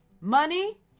Money